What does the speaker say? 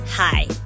Hi